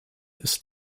ist